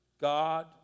God